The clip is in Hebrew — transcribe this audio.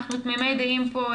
אנחנו תמימי דעים פה,